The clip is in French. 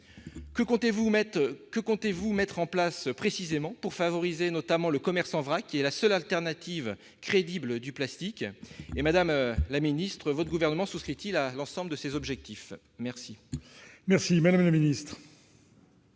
que comptez-vous mettre en place précisément pour favoriser notamment le commerce en vrac, est la seule alternative crédible du plastique et madame la ministre, votre gouvernement souscrite il à l'ensemble de ses objectifs, merci. Merci, Madame le Ministre.